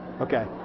Okay